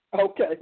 Okay